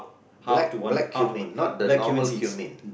black black cumin not the normal cumin